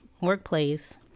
workplace